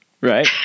Right